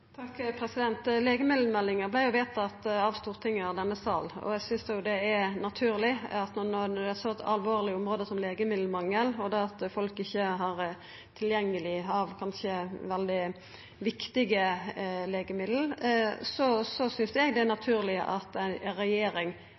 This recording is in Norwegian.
Legemiddelmeldinga vart vedtatt av Stortinget, av denne salen. Når det er eit så alvorleg område som legemiddelmangel og folk ikkje har kanskje veldig viktige legemiddel tilgjengeleg, synest eg det er naturleg at ei regjering